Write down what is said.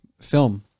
film